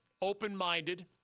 open-minded